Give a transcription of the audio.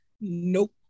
Nope